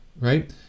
right